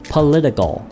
Political